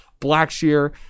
Blackshear